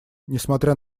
несмотря